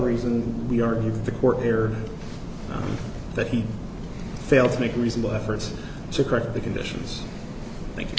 reason we argued the court here that he failed to make reasonable efforts to correct the conditions